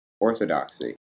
orthodoxy